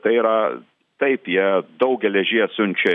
tai yra taip jie daug geležies siunčia